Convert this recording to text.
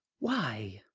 why?